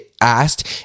asked